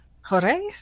hooray